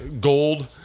gold